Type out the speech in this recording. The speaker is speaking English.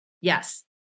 Yes